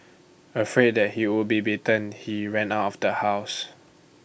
afraid that he would be beaten he ran out of the house